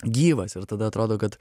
gyvas ir tada atrodo kad